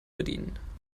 bedienen